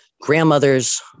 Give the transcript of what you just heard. grandmother's